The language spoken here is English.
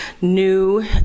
new